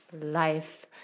life